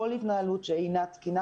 כל התנהלות שאינה תקינה,